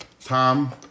Tom